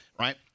right